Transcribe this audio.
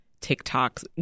TikToks